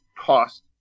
cost